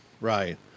right